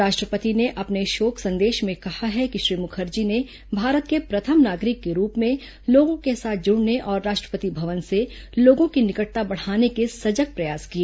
राष्ट्रपति ने अपने शोक संदेश में कहा है कि श्री मुखर्जी ने भारत के प्रथम नागरिक के रूप में लोगों के साथ जुड़ने और राष्ट्रपति भवन से लोगों की निकटता बढ़ाने के सजग प्रयास किए